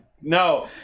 no